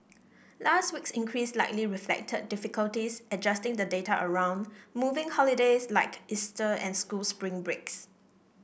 last week's increase likely reflected difficulties adjusting the data around moving holidays like Easter and school spring breaks